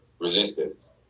resistance